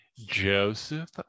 joseph